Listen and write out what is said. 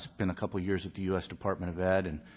spent a couple years at the u s. department of ed and